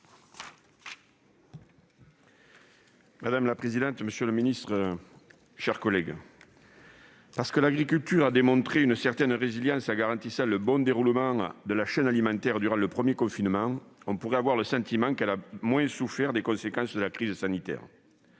Madame la présidente, monsieur le ministre, mes chers collègues, parce que l'agriculture a démontré une certaine résilience en garantissant le bon déroulement de la chaîne alimentaire durant le premier confinement, nous pourrions avoir le sentiment qu'elle a moins souffert des conséquences de la crise sanitaire.